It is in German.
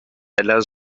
heller